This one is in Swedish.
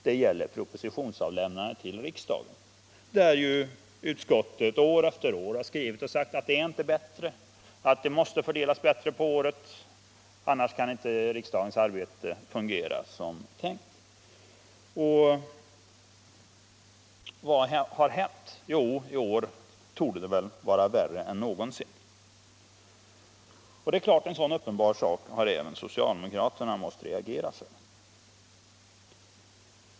Det gäller propositionsavlämnandet till riksdagen, där utskottet år efter år har skrivit att det inte blivit bättre, att propositionerna måste fördelas bättre över året, annars kan inte riksdagens arbete fungera som det är tänkt. Och vad har hänt? Jo, i år torde det vara värre än någonsin! En så uppenbar sak har även socialdemokraterna måst reagera för.